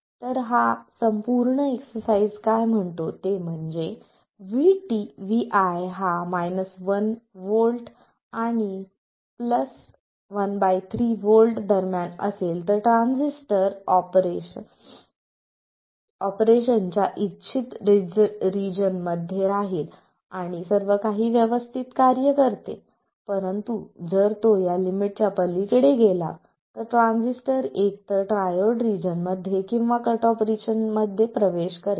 तर हा संपूर्ण एक्सरसाइज काय म्हणतो ते म्हणजे vi हा 1 V आणि 13 V दरम्यान असेल तर ट्रान्झिस्टर ऑपरेशनच्या इच्छित रिजनमध्ये राहील आणि सर्व काही व्यवस्थित कार्य करते परंतु जर तो या लिमिटच्या पलीकडे गेला तर ट्रान्झिस्टर एकतर ट्रायोड रिजन मध्ये किंवा कट ऑफ रिजन मध्ये प्रवेश करेल